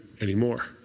anymore